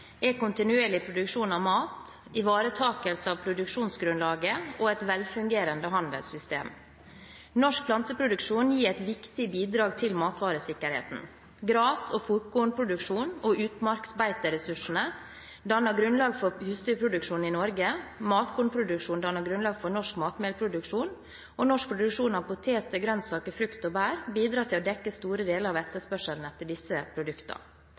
er kontinuerlig produksjon av mat, ivaretakelse av produksjonsgrunnlaget og et velfungerende handelssystem. Norsk planteproduksjon gir et viktig bidrag til matvaresikkerheten. Gras- og fôrkornproduksjonen og utmarksbeiteressursene danner grunnlag for husdyrproduksjon i Norge, matkornproduksjonen danner grunnlag for norsk matmelproduksjon, og norsk produksjon av poteter, grønnsaker, frukt og bær bidrar til å dekke store deler av etterspørselen etter disse